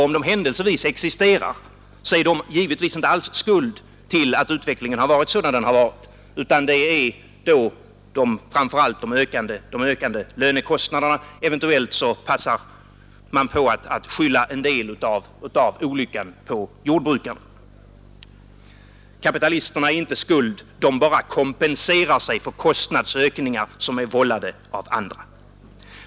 Om de händelsevis existerar bär de givetvis inte alls någon skuld till att utvecklingen har varit sådan som den varit utan skulden därtill ligger framför allt hos de ökande lönekostnaderna — eventuellt passar man på att skylla en del av olyckan på jordbrukarna. Kapitalisterna bär ingen skuld; de bara kompenserar sig för kostnadsökningar som är vållade av andra.